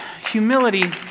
Humility